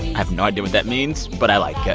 i have no idea what that means, but i like it